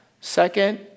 Second